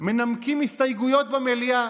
מנמקים הסתייגויות במליאה,